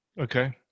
Okay